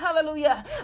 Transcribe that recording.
hallelujah